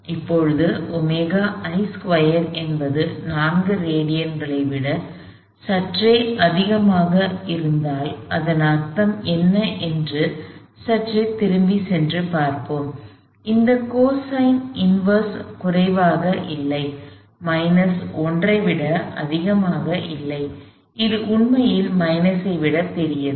இப்போது ωi2 என்பது 4 ரேடியன்களை விட சற்றே அதிகமாக இருந்தால் அதன் அர்த்தம் என்ன என்று சற்றே திரும்பிச் சென்று பார்ப்போம் இந்த கோசைன் இன்வெர்ஸ் குறைவாக இல்லை மைனஸ் 1 ஐ விட அதிகமாக இல்லை அது உண்மையில் மைனஸை விட பெரியது